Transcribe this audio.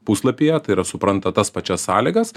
puslapyje tai yra supranta tas pačias sąlygas